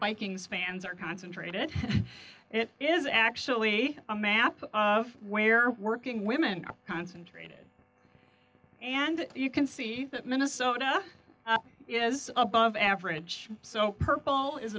biking spans are concentrated it is actually a map of where working women are concentrated and you can see that minnesota is above average so purple is